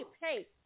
Hey